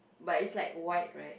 but is like white right